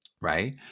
right